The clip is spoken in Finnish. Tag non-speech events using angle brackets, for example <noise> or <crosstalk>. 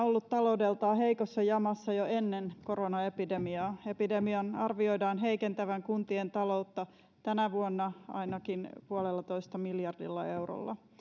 <unintelligible> ollut taloudeltaan heikossa jamassa jo ennen koronaepidemiaa epidemian arvioidaan heikentävän kuntien taloutta tänä vuonna ainakin puolellatoista miljardilla eurolla